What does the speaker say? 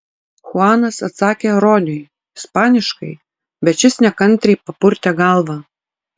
chuanas atsakė roniui ispaniškai bet šis nekantriai papurtė galvą